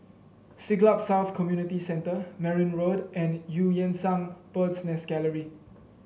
Siglap South Community Centre Merryn Road and Eu Yan Sang Bird's Nest Gallery